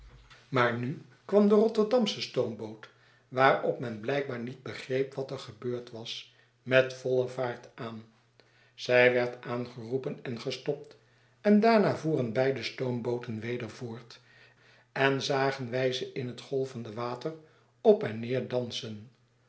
maar nu kwam de rotterdamsche stoomboot waarop men blijkbaar niet begreep wat er gebeurd was met voile vaart aan zij werd aangeroepen en gestopt en daarna voeren beide stoombooten weder voort en zagen wij ze in het golvende water op en rieer dansen